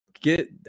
Get